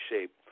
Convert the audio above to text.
shape